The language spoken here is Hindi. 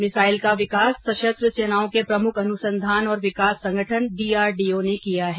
मिसाइल का विकास सशस्त्र सेनाओं के प्रमुख अनुसंधान और विकास संगठन डी आर डो ओ ने किया है